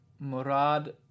Murad